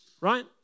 Right